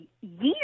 year's